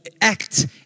act